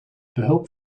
behulp